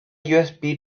usb